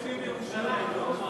יש שופטים בירושלים, לא?